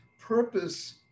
Purpose